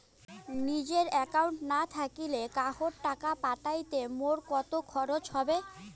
নিজের একাউন্ট না থাকিলে কাহকো টাকা পাঠাইতে মোর কতো খরচা হবে?